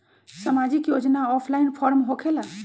समाजिक योजना offline form होकेला?